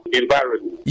environment